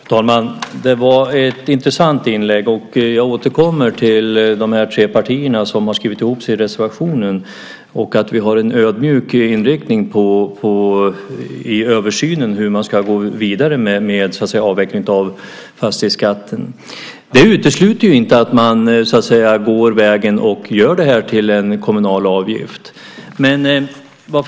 Fru talman! Det var ett intressant inlägg. Jag återkommer till att vi tre partier har skrivit ihop oss i reservationen och att vi har en ödmjuk inriktning i översynen av hur man ska gå vidare med avvecklingen av fastighetsskatten. Det utesluter ju inte att man väljer vägen att göra den till en kommunal avgift.